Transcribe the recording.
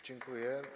Dziękuję.